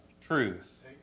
truth